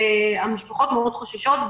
המשפחות מאוד חוששות,